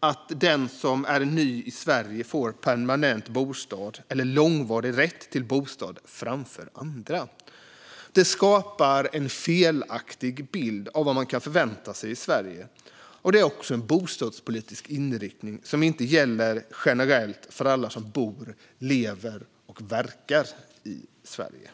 att den som är ny i Sverige får permanent bostad eller långvarig rätt till bostad framför andra. Det skapar en felaktig bild av vad man kan förvänta sig i Sverige. Det är också en bostadspolitisk inriktning som inte gäller generellt för alla som bor, lever och verkar i Sverige.